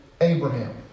Abraham